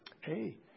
Hey